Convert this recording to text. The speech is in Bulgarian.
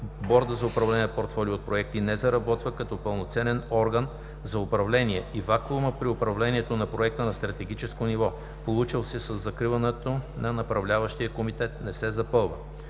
Бордът за управление на портфолио от проекти не заработва като пълноценен орган за управление и вакуумът при управлението на Проекта на стратегическо ниво, получил се със закриването на Направляващия комитет, не се запълва.